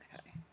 Okay